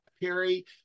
Perry